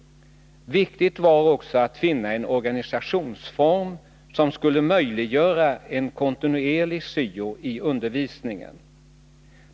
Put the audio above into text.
Viktigt var också att finna en organisationsform, som skulle möjliggöra en kontinuerlig syo i undervisningen.